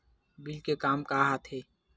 Bill का काम आ थे?